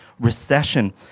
recession